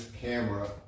camera